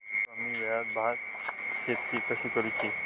कमी वेळात भात शेती कशी करुची?